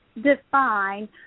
define